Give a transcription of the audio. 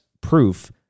proof